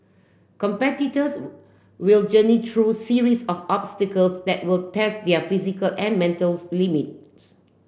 competitors will journey through series of obstacles that will test their physical and mental limits